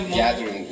gathering